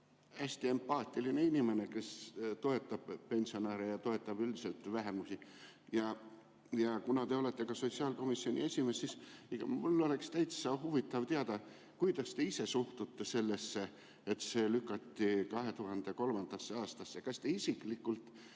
hästi empaatiline inimene, kes toetab pensionäre ja toetab üldiselt vähemusi. Kuna te olete ka sotsiaalkomisjoni esimees, siis mul oleks täitsa huvitav teada, kuidas te ise suhtute sellesse, et see [pensionitõus] lükati 2023. aastasse. Kas te isiklikult